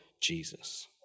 Jesus